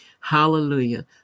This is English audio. Hallelujah